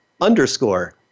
underscore